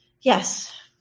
yes